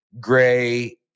gray